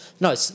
no